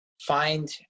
find